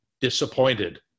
disappointed